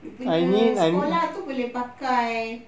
you punya sekolah itu boleh pakai